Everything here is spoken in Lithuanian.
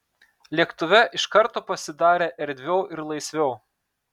lėktuve iš karto pasidarė erdviau ir laisviau